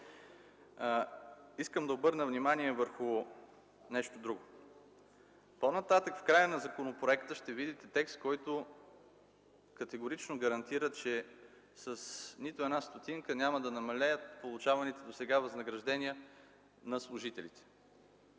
Искам да обърна внимание върху нещо друго. По-нататък, в края на законопроекта, ще видите текст, който категорично гарантира, че с нито една стотинка няма да намалеят получаваните досега възнаграждения на служителите.